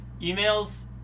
emails